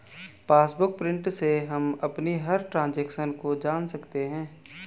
passbook print से हम अपनी हर ट्रांजेक्शन को जान सकते है